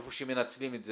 איפה שמנצלים את זה.